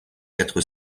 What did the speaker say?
quatre